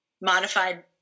modified